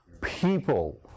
people